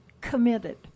committed